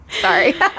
Sorry